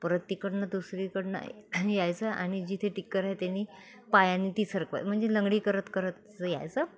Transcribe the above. परत तिकडून दुसरीकडून यायचं आणि जिथे टिकर आहे त्यांनी पायाने ती सरकवाय म्हणजे लंगडी करत करतचं यायचं